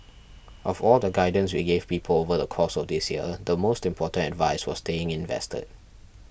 of all the guidance we gave people over the course of this year the most important advice was staying invested